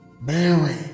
Mary